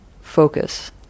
focus